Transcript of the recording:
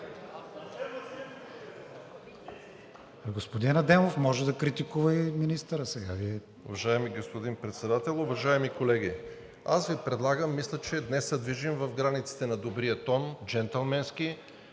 Господин Адемов може да критикува и министъра сега.